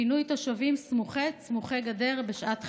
פינוי תושבים מיישובים סמוכי גדר בשעת חירום.